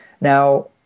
Now